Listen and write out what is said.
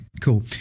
Cool